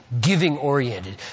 giving-oriented